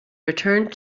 returned